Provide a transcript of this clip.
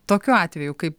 tokiu atveju kaip